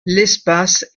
l’espace